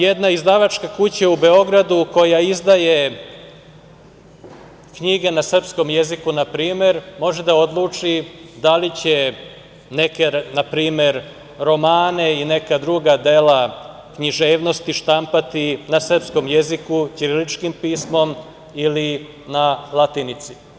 Jedna izdavačka kuća u Beogradu koja izdaje knjige na srpskom jeziku npr. može da odluči da li će neke romane ili neka druga dela književnosti štampati na srpskom jeziku ćiriličnim pismom ili na latinici.